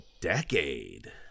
decade